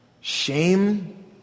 shame